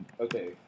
okay